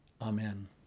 Amen